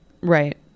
Right